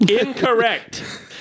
Incorrect